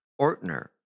Ortner